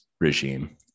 regime